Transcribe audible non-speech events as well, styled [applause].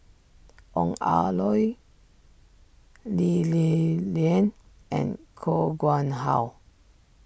Ong Ah [unintelligible] Lee Li Lian and Koh Nguang How